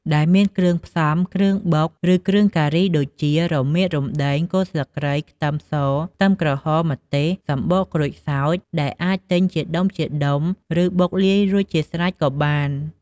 ដែលមានគ្រឿងផ្សំ គ្រឿងបុក ឬគ្រឿងការីដូចជា រមៀត រំដេង គល់ស្លឹកគ្រៃ ខ្ទឹមស ខ្ទឹមក្រហម ម្ទេស សំបកក្រូចសើច ដែលអាចទិញជាដុំៗ ឬបុកលាយរួចជាស្រេចក៏បាន។